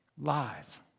Lies